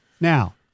Now